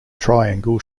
triangle